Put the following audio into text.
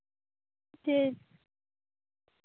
ᱡᱮ